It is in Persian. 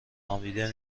نامیده